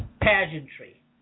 pageantry